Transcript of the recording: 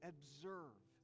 observe